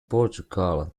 portugal